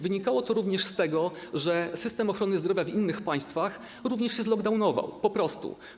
Wynikało to z tego, że systemy ochrony zdrowia w innych państwach również się zlockdownowały, po prostu.